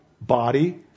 body